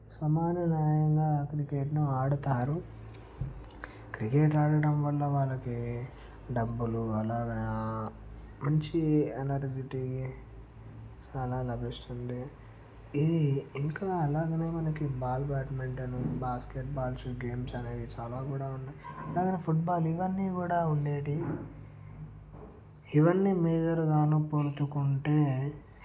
సమానమైన క్రికెట్ను ఆడతారు క్రికెట్ ఆడటం వల్ల వాళ్ళకి డబ్బులు అలాగా మంచి అనేటిది చాలా లభిస్తుంది ఇది ఇంకా అలాగనే మనకి బాల్ బ్యాడ్మింటన్ బాస్కెట్బాల్ గేమ్స్ అనేవి చాలా కూడా ఉన్నాయి అలాగనే ఫుట్బాల్ ఇవన్నీ కూడా ఉండేవి ఇవన్నీ మేజర్గాను పోల్చుకుంటే